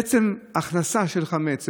עצם הכנסה של חמץ בפסח,